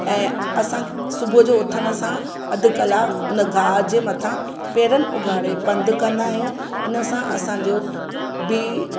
ऐं असां सुबुह जो उथण सां अधु कलाकु उन गाह जे मथां पेरनि उघाड़े पंधु कंदा आहियूं उनसां असांजो बी